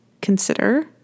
consider